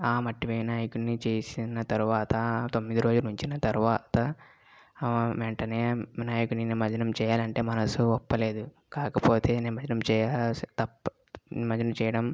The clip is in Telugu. ఆ మట్టి వినాయకుణ్ణి చేసిన తరువాత తొమ్మిది రోజులు ఉంచిన తరువాత వెంటనే వినాయకుని నిమజ్జనం చేయాలంటే మనసు ఒప్పలేదు కాకపోతే నిమజ్జనం చేస్తే తప్ప నిమజ్జనం చేయడం